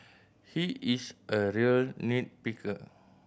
he is a real nit picker